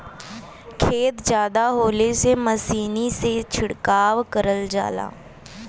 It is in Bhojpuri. खेत जादा होले से मसीनी से छिड़काव करल जाला